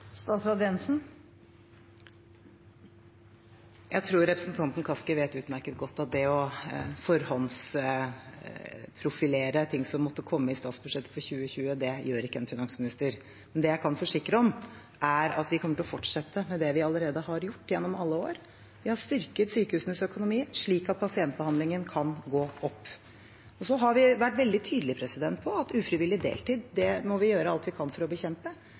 Jeg tror representanten Kaski vet utmerket godt at det å forhåndsprofilere ting som måtte komme i statsbudsjettet for 2020, gjør ikke en finansminister. Det jeg kan forsikre om, er at vi kommer til å fortsette med det vi allerede har gjort gjennom alle år: Vi har styrket sykehusenes økonomi, slik at pasientbehandlingen kan gå opp. Så har vi vært veldig tydelig på at ufrivillig deltid må vi gjøre alt vi kan for å bekjempe.